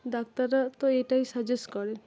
ডাক্তাররা তো এটাই সাজেস্ট করেন